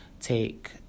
take